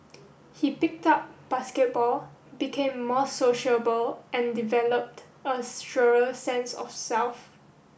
he picked up basketball became more sociable and developed a surer sense of self